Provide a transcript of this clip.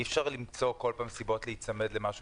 אי אפשר למצוא בכל פעם סיבות להיצמד למשהו